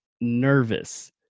nervous